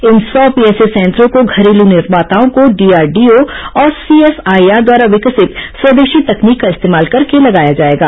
इन सौ पीएसए संयंत्रों को घरेलू निर्माताओं को डी आर डी ओ और सीएसआईआर द्वारा विकसित स्वदेशी तकनीक का इस्तेमाल करके लगाया जाएगा